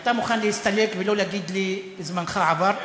אתה מוכן להסתלק ולא להגיד לי "זמנך עבר"?